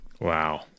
Wow